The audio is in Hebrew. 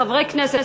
חברי הכנסת,